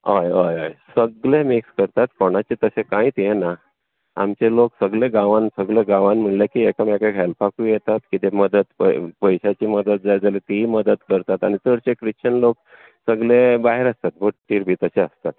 हय हय हय सगले मिक्स करतात कोणाचें तशें कांयच हें ना आमचे लोक सगले गांवांत सगले गांवांत म्हळ्ळें की एकामेकांक हॅल्पाकूय येतात कितें मदत पळय प पयशाची मदत जाय जाल्यार तिवूय मदत करतात आनी चडशे क्रिश्चन लोक सगले भायर आसतात बोटीर बी तशे आसतात